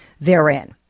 therein